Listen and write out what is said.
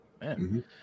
man